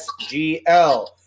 SGL